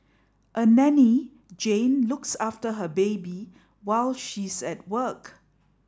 a nanny Jane looks after her baby while she's at work